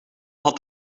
had